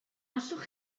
allwch